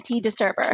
disturber